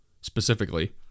specifically